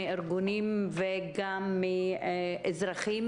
מארגונים ומאזרחים,